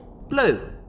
Blue